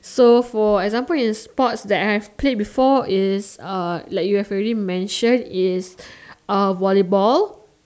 so for example in sports that I've played before is uh like you have already mentioned is uh volleyball